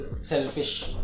selfish